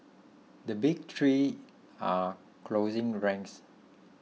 the big three are closing ranks